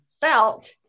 felt